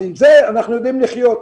עם זה אנחנו יודעים לחיות.